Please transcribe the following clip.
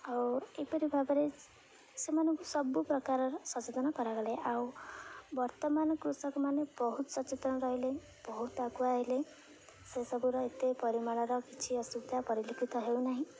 ଆଉ ଏପରି ଭାବରେ ସେମାନଙ୍କୁ ସବୁ ପ୍ରକାରର ସଚେତନ କରାଗଲେ ଆଉ ବର୍ତ୍ତମାନ କୃଷକମାନେ ବହୁତ ସଚେତନ ରହିଲେ ବହୁତ ଆଗୁଆ ହେଲେ ସେସବୁର ଏତେ ପରିମାଣର କିଛି ଅସୁବିଧା ପରିଲିଖିତ ହେଉ ନାହିଁ